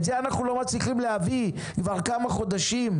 את זה אנחנו לא מצליחים להביא כבר כמה חודשים,